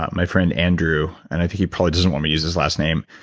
my friend andrew. and he probably doesn't want me using his last name.